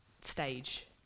stage